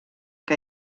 que